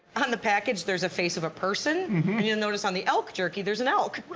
um the package there's a face of a person and you'll notice on the elk jerky there's an elk.